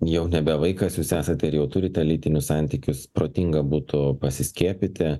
jau nebe vaikas jūs esate ir jau turite lytinius santykius protinga būtų pasiskiepyti